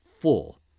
full